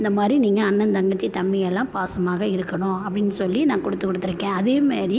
இந்த மாதிரி நீங்கள் அண்ணன் தங்கச்சி தம்பிங்கெல்லாம் பாசமாக இருக்கணும் அப்படின்னு சொல்லி நான் கொடுத்து கொடுத்துருக்கேன் அதே மாதிரி